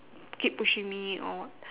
keep pushing me or what